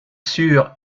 sûr